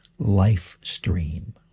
life-stream